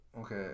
okay